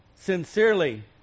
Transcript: Sincerely